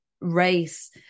race